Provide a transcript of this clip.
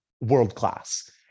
world-class